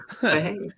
Hey